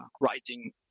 writing